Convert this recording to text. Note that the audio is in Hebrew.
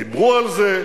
דיברו על זה,